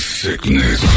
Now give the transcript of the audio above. sickness